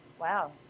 Wow